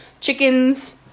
Chickens